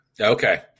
Okay